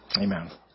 amen